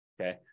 okay